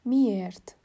Miért